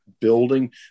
building